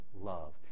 love